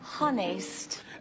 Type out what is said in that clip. honest